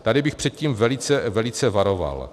Tady bych před tím velice, velice varoval.